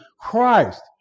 Christ